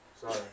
Sorry